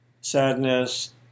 sadness